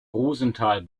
rosenthal